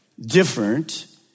different